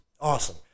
awesome